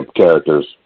characters